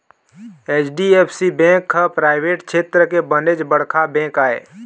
HDFC bank ह private छेत्र के बनेच बड़का बेंक आय